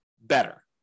better